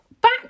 back